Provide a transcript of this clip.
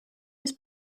his